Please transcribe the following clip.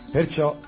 Perciò